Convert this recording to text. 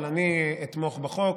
אבל אני אתמוך בחוק,